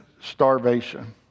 starvation